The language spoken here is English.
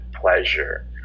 pleasure